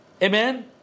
Amen